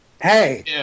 Hey